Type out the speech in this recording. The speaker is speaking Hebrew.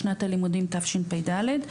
לשנת הלימודים תשפ"ד.